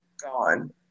gone